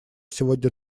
сегодня